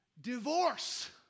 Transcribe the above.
Divorce